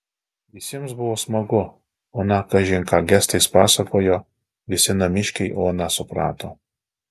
visiems buvo smagu ona kažin ką gestais pasakojo visi namiškiai oną suprato